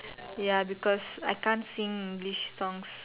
ya because I can't sing English songs